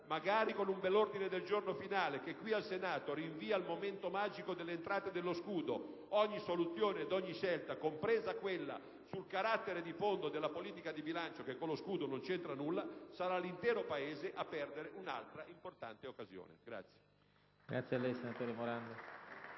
magari con un bell'ordine del giorno finale che, qui al Senato, rinvia al momento magico delle entrate derivanti dallo scudo fiscale ogni soluzione ed ogni scelta, compresa quella sul carattere di fondo della politica di bilancio, che con lo scudo non c'entra nulla - sarà l'intero Paese a perdere un'altra importante occasione.